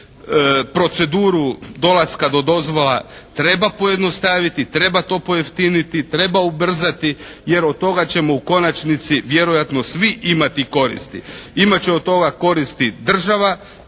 proceduru dolaska do dozvola treba pojednostaviti, treba to pojeftiniti, treba ubrzati jer od toga ćemo u konačnici vjerojatno svi imati koristi. Imat će od toga koristi država,